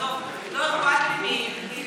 עזוב, לא אכפת לי מאיתנו.